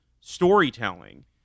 storytelling